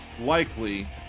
likely